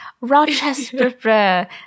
Rochester